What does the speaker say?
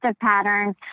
patterns